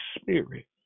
spirit